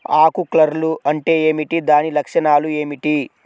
ఆకు కర్ల్ అంటే ఏమిటి? దాని లక్షణాలు ఏమిటి?